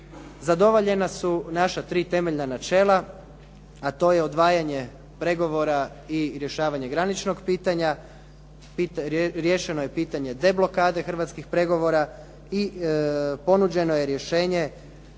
zadovoljena su naša tri temeljna načela, a to je odvajanje pregovora i rješavanje graničnog pitanja, riješeno je pitanje deblokade hrvatskih pregovora i ponuđeno je rješenje